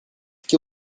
que